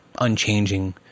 unchanging